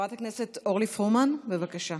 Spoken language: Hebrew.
חברת הכנסת אורלי פרומן, בבקשה.